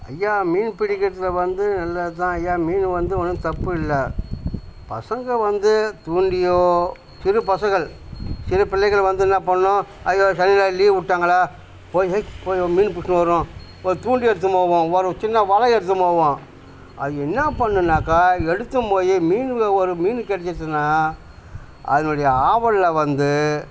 ஐயா மீன் பிடிக்கிறதில் வந்து நல்லது தான் ஐயா மீன் வந்து ஒன்றும் தப்பில்லை பசங்கள் வந்து தூண்டிலோ சிறு பசங்கள் சிறு பிள்ளைகள் வந்து என்ன பண்ணும் ஐயோ சனி ஞாயிறு லீவ் விட்டாங்களா போய் ஹேய் போய் மீன் புடிச்சின்னு வரும் ஒரு தூண்டில் எடுத்துன்னு போவோம் ஒரு சின்ன வலை எடுத்துன்னு போவோம் அது என்ன பண்ணணுன்னாக்கா எடுத்துன்னு போய் மீனுங்க ஒரு மீன் கிடச்சிச்சின்னா அதனுடைய ஆவலில் வந்து